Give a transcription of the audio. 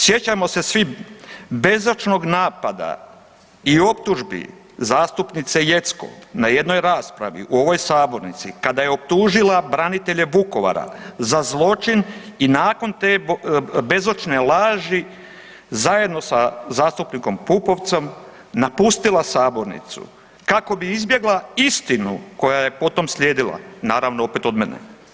Sjećamo se svi bezočnog napada i optužbi zastupnice Jeckov u ovoj Sabornici, kada je optužila branitelje Vukovara za zločin i nakon te bezočne laži zajedno sa zastupnikom Pupovcem napustila Sabornicu, kako bi izbjegla istinu koja je potom slijedila, naravno opet od mene.